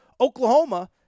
Oklahoma